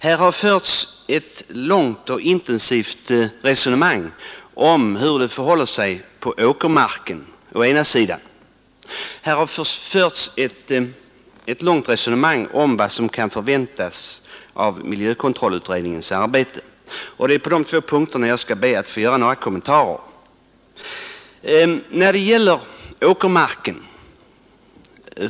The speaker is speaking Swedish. Här har förts ett långt och intensivt resonemang om hur det förhåller sig på åkermarken, och här har förts en lång diskussion om vad som kan förväntas av miljökontrollutredningens arbete. På dessa två punkter ber jag att få göra några kommentarer.